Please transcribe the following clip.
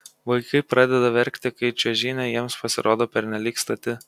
vaikai pradeda verkti kai čiuožynė jiems pasirodo pernelyg stati